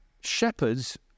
Shepherds